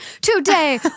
Today